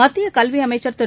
மத்திய கல்வி அமைச்சர் திரு